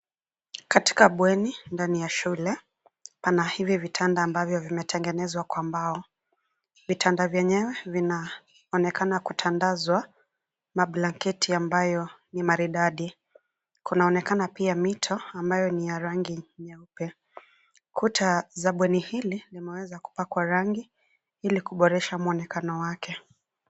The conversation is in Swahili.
Katika bweni ndani ya shule, pana hivi vitanda ambavyo vimetengenezwa kwa mbao. Vitanda vyenyewe vinaonekana kutandazwa mablanketi ambayo ni maridadi. Kuna onekana pia mito ambayo ni ya rangi nyeupe. Kuta za bweni hili limeweza kupakwa rangi hili kuboresha mwonekano wake.